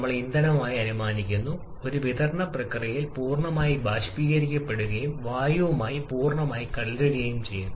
നമ്മൾ ഇന്ധനം അനുമാനിക്കുന്നു ഒരു വിതരണ പ്രക്രിയയിൽ പൂർണ്ണമായും ബാഷ്പീകരിക്കപ്പെടുകയും വായുവുമായി പൂർണ്ണമായും കലരുകയും ചെയ്യുക